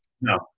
No